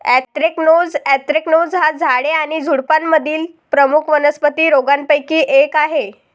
anthracnose anthracnose हा झाडे आणि झुडुपांमधील प्रमुख वनस्पती रोगांपैकी एक आहे